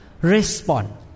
respond